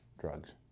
drugs